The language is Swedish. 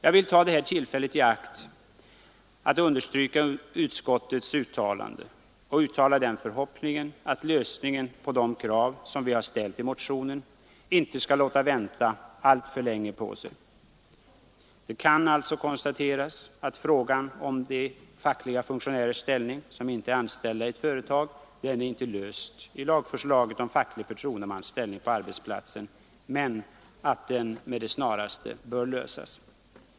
Jag vill ta det här tillfället i akt att understryka utskottets uttalande. Jag har den förhoppningen att uppfyllandet av de krav som vi har ställt i motionen inte skall låta vänta alltför länge på sig. Det kan alltså konstateras att frågan om de fackliga funktionärers ställning, som inte är anställda i ett företag, inte är löst i lagförslaget om facklig förtroendemans ställning på arbetsplatsen men att den med det snaraste bör lösas.